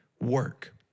work